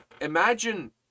imagine